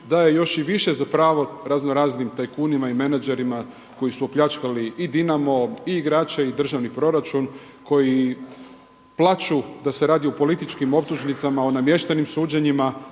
daje još i više za pravo raznoraznim tajkunima i menadžerima koji su opljačkali i Dinamo i igrače i državni proračun koji plaču da se radi o političkim optužnicama, o namještenim suđenjima,